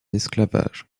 esclavage